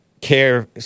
care